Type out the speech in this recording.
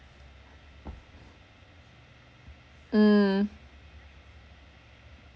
mm